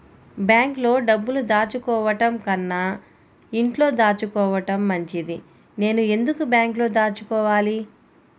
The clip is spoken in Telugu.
బ్యాంక్లో డబ్బులు దాచుకోవటంకన్నా ఇంట్లో దాచుకోవటం మంచిది నేను ఎందుకు బ్యాంక్లో దాచుకోవాలి?